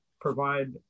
provide